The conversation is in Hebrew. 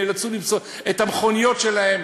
נאלצו למסור את המכוניות שלהם.